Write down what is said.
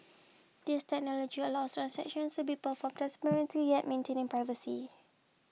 this technology allows transactions to be performed transparently yet maintaining privacy